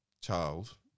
child